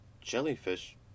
jellyfish